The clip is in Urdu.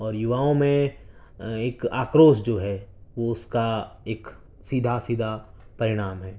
اور یوواؤں میں ایک آکروش جو ہے وہ اس کا ایک سیدھا سیدھا پریڑام ہے